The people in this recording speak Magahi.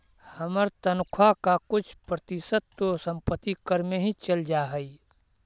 हमर तनख्वा का कुछ प्रतिशत तो संपत्ति कर में ही चल जा हई